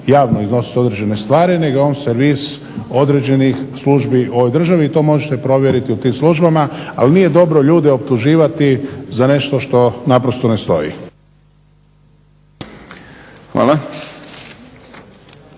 javno iznosit određene stvari nego je on servis određenih službi u ovoj državi i to možete provjeriti u tim službama ali nije dobro ljude optuživati za nešto što naprosto ne stoji.